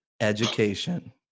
education